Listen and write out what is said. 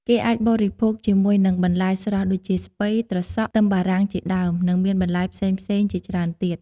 គេអាចបរិភោគជាមួយនឹងបន្លែស្រស់ដូចជាស្ពៃ ត្រសក់ ខ្ទឹមបារាំងជាដើម និងមានបន្លែផ្សេងៗជាច្រើនទៀត។